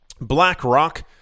BlackRock